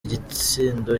igitsindo